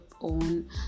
own